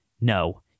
no